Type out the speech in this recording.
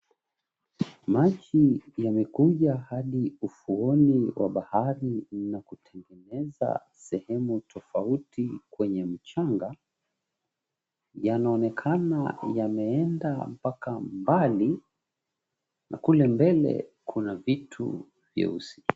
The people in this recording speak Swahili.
Maji yamekuja hadi ufuoni wa bahari na kutengeneza sehemu tofauti kwenye mchanga. Yanaonekana yameenda mpaka mbali, na kule mbele kuna vitu vyeusi.